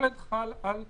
עוד